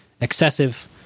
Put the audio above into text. excessive